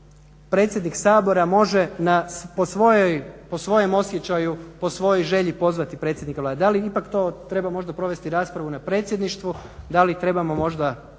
predsjednik Sabora može po svojem osjećaju, po svojoj želji pozvati predsjednika Vlade. Da li ipak to treba možda provesti raspravu na predsjedništvo, da li trebamo možda